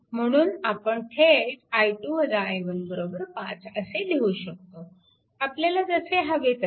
म्हणून आपण थेट 5 असे लिहू शकतो आपल्याला जसे हवे तसे